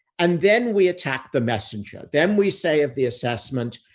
and then we attack the messenger. then we say of the assessment,